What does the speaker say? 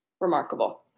remarkable